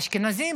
אשכנזים,